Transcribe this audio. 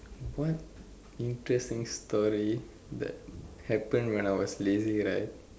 what interesting story that happen when I was lazy right